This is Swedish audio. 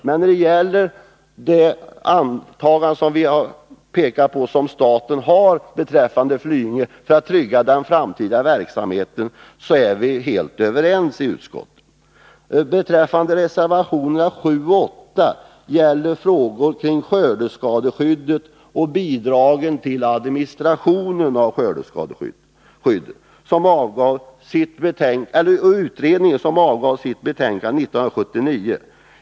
Men när det gäller det åtagande som staten har beträffande Flyinge — vilket vi har pekat på — för att trygga den framtida verksamheten, är vi helt överens i utskottet. Reservationerna 7 och 8 gäller frågor kring skördeskadeskyddet och bidragen till administrationen av skördeskadeskyddet. Utredningen om detta avgav sitt betänkande 1979.